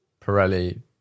Pirelli